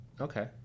Okay